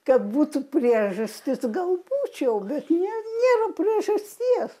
kad būtų priežastis gal būčiau bet nė nėra priežasties